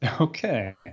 Okay